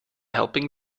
helping